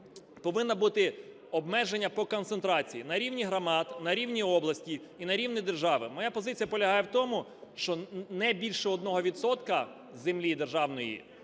Повинне бути обмеження по концентрації на рівні громад, на рівні області і на рівні держави. Моя позиція полягає в тому, що не більше 1 відсотка землі державної